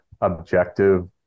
objective